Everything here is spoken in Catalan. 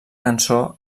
cançó